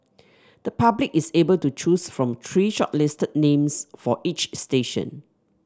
the public is able to choose from three shortlisted names for each station